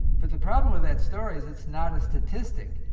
but the problem with that story is it's not a statistic.